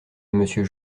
monsieur